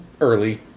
early